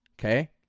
Okay